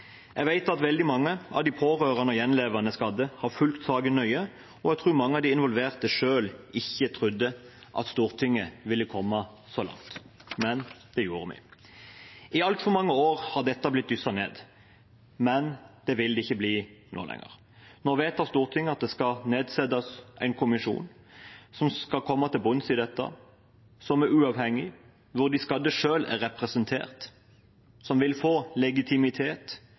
Jeg vet at veldig mange av de pårørende og de gjenlevende skadde har fulgt saken nøye, og jeg tror mange av de involverte selv ikke trodde at Stortinget ville komme så langt, men det gjorde vi. I altfor mange år har dette blitt dysset ned, men det vil det ikke bli nå lenger. Nå vedtar Stortinget at det skal nedsettes en kommisjon som skal komme til bunns i dette, en kommisjon som er uavhengig, hvor de skadde selv er representert, som vil få legitimitet,